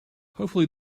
hopefully